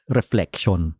reflection